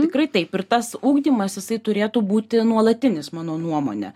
tikrai taip ir tas ugdymas jisai turėtų būti nuolatinis mano nuomone